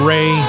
Ray